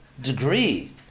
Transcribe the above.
degree